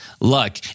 luck